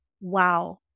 wow